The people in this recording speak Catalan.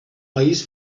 país